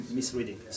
misreading